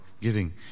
giving